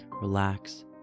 relax